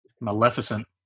maleficent